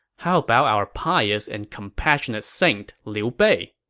how about our pious and compassionate saint, liu bei?